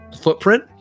footprint